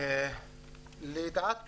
לידיעת כולם,